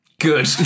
Good